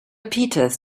peters